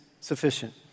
sufficient